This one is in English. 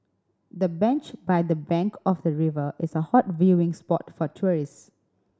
the bench by the bank of the river is a hot viewing spot for tourist